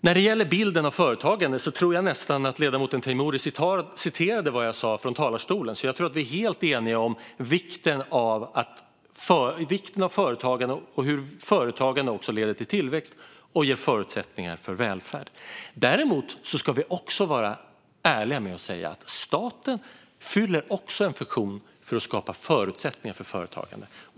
När det gäller bilden av företagande tror jag nästan att ledamoten Teimouri citerade vad jag sa i talarstolen, så jag tror att vi är helt eniga om vikten av företagande och om att företagande också leder till tillväxt och ger förutsättningar för välfärd. Däremot ska vi vara ärliga och säga att staten också fyller en funktion för att skapa förutsättningar för företagande.